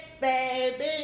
baby